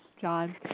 John